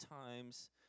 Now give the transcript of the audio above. times